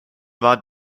war